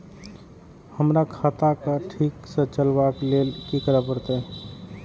हमरा खाता क ठीक स चलबाक लेल की करे परतै